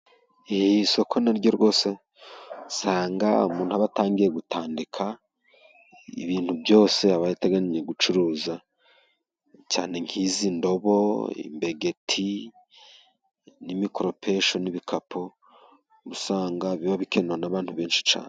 Isoko naryo rwose usanga umuntu aba atangiye gutandika ibintu byose aba ateganya gucuruza cyane nk'izi ndobo, imbegeti, imikoropesho n'ibikapu. Usanga biba bikenenwena n'abantu benshi cyane.